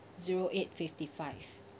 zero eight fifty five